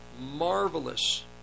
marvelous